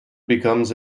becomes